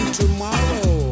tomorrow